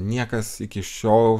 niekas iki šiol